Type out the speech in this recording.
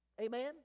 Amen